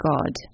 God